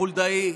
חולדאי.